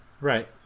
right